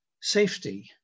safety